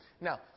now